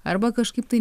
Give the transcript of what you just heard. arba kažkaip tai